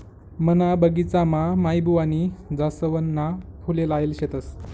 मना बगिचामा माईबुवानी जासवनना फुले लायेल शेतस